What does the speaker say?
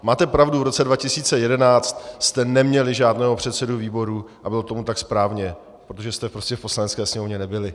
Máte pravdu, v roce 2011 jste neměli žádného předsedu výboru a bylo tomu tak správně, protože jste prostě v Poslanecké sněmovně nebyli.